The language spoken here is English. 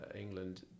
England